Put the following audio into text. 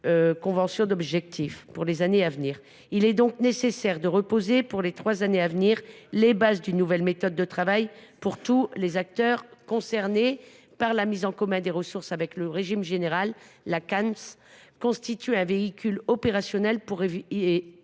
convention d’objectifs n’a été établie pour les prochaines années. Il est donc nécessaire de redéfinir, pour les trois années à venir, les bases d’une nouvelle méthode de travail pour tous les acteurs concernés par la mise en commun des ressources avec le régime général. La CANSSM constitue un véhicule opérationnel pour déployer,